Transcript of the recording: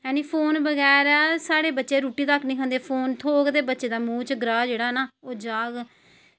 ऐं फोन बगैरा साढ़े बच्चे रुट्टी तगर निं खंदे थ्होग ते ओह् जेह्ड़ा ग्राह् ना ओह् बच्चे दे मूंह् च जाह्ग